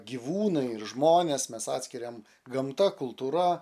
gyvūnai ir žmonės mes atskiriam gamta kultūra